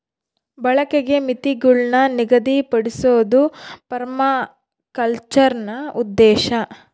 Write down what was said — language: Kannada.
ಬಳಕೆಗೆ ಮಿತಿಗುಳ್ನ ನಿಗದಿಪಡ್ಸೋದು ಪರ್ಮಾಕಲ್ಚರ್ನ ಉದ್ದೇಶ